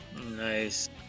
Nice